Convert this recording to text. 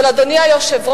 אבל, אדוני היושב-ראש,